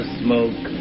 smoke